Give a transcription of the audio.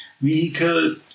vehicle